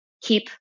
keep